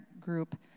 group